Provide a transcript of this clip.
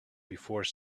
before